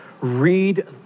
read